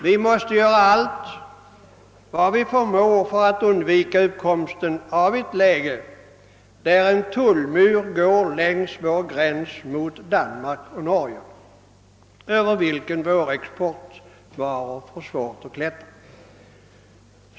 Vi måste göra allt vi förmår för att förhindra uppkomsten av ett läge där det längs våra gränser mot Danmark och Norge går en tullmur över vilken våra exportvaror får svårt att klättra.